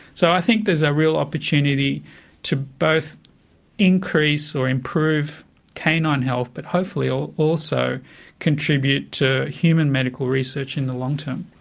so i think there's a real opportunity to both increase or improve canine health, but hopefully also contribute to human medical research in the long term.